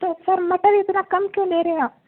تو سر مٹر اتنا کم کیوں لے رہے ہیں آپ